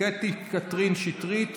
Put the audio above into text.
קטי קטרין שטרית,